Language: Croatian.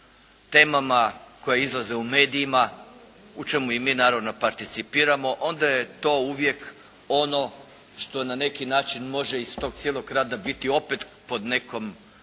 temama koje izlaze u medijima u čemu i mi naravno participiramo onda je to uvijek ono što na neki način može iz tog cijelog rada biti opet pod nekom